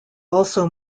also